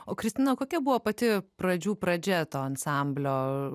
o kristina kokia buvo pati pradžių pradžia to ansamblio